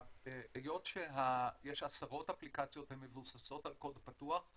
היות שיש עשרות אפליקציות המבוססות על קוד פתוח,